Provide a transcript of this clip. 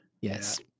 Yes